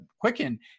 Quicken